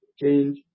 change